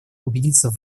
убедиться